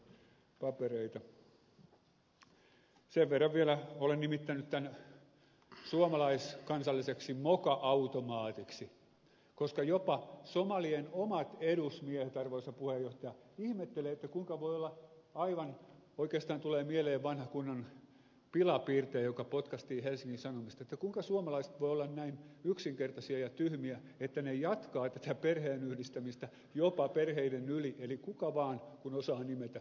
sen verran vielä että olen nimittänyt tämän suomalaiskansalliseksi moka automaatiksi koska jopa somalien omat edusmiehet arvoisa pue yhtään ihmettele että kunta puhemies ihmettelevät kuinka oikeastaan tulee mieleen vanha kunnon pilapiirtäjä joka potkaistiin helsingin sanomista suomalaiset voivat olla näin yksinkertaisia ja tyhmiä että he jatkavat tätä perheenyhdistämistä jopa perheiden yli eli kuka vaan jonka osaa nimetä saa tulla tänne